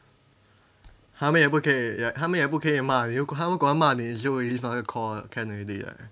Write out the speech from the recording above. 他们也不可以他们也不可以骂如果他们如果骂你 so you leave 那个 call can already leh